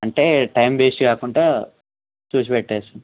అంటే time waste కాకుండా చూసి పెట్టి